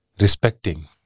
respecting